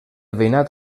veïnat